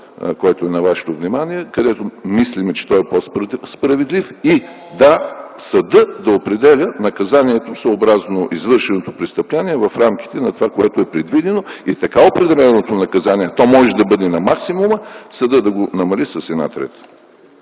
подход в чл. 58а, който мислим, че е по-справедлив и съдът да определя наказанието, съобразно извършеното престъпление, в рамките на това, което е предвидено. Така определеното наказание, то може да бъде на максимума, съдът да го намали с 1/3.